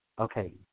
Okay